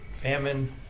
famine